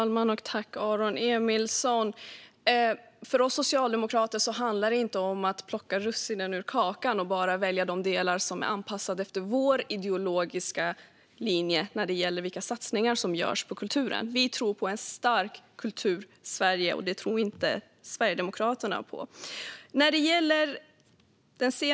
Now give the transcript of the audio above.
Fru talman! För oss socialdemokrater handlar det inte om att plocka russinen ur kakan och bara välja de delar som är anpassade efter vår ideologiska linje när det gäller vilka satsningar som görs på kulturen. Vi tror på ett starkt Kultursverige, något som Sverigedemokraterna inte tror på.